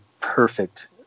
perfect